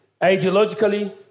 ideologically